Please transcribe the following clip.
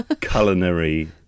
culinary